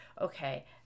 Okay